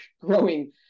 growing